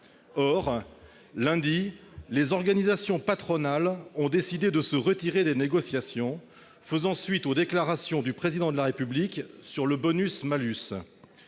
Or, lundi, les organisations patronales ont décidé de se retirer des négociations, à la suite des déclarations du Président de la République sur le bonus-malus,